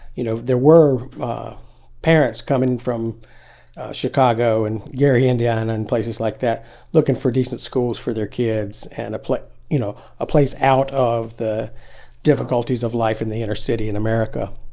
you know there were parents coming from chicago and gary, ind iana and places like that looking for decent schools for their kids and a place you know ah place out of the difficulties of life in the inner city in america.